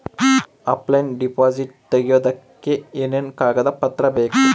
Offline deposit ತೆಗಿಯೋದಕ್ಕೆ ಏನೇನು ಕಾಗದ ಪತ್ರ ಬೇಕು?